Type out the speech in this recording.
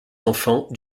enfants